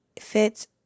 fits